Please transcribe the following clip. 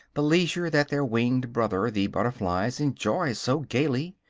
the leisure that their winged brother, the butterfly, enjoys so gaily?